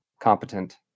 competent